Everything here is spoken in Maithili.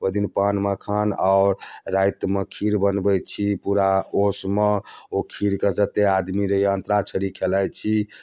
ओहिदिन पान मखान आओर रातिमे खीर बनबैत छी पूरा ओशमे ओ खीरके जतेक आदमी रहैया अन्तराक्षरी खेलाइत छी